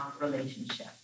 relationship